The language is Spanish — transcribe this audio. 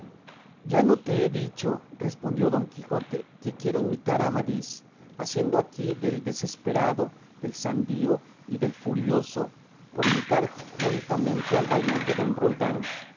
ya no te he dicho respondió don quijote que quiero imitar a amadís haciendo aquí del desesperado del sandio y del furioso por imitar juntamente al valiente don roldán